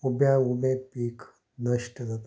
उब्या उबें पीक नश्ट जाता